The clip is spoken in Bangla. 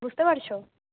বুঝতে পারছ